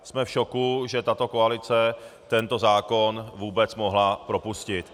Jsme v šoku, že tato koalice tento zákon vůbec mohla propustit.